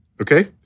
okay